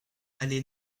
allée